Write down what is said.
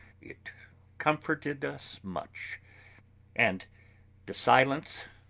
it comforted us much and the silence,